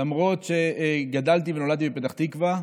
למרות שנולדתי וגדלתי בפתח תקווה,